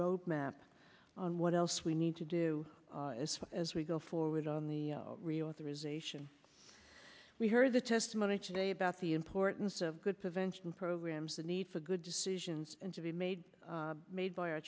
roadmap on what else we need to do as far as we go forward on the reauthorization we heard the testimony today about the importance of good prevention programs the need for good decisions and to be made made by our